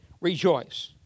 rejoice